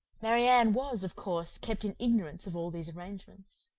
marianne was, of course, kept in ignorance of all these arrangements.